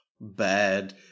bad